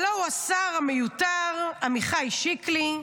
הלוא הוא השר המיותר עמיחי שיקלי,